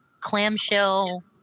clamshell